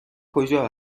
کجا